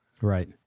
Right